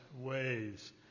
ways